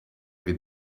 with